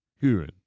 Huron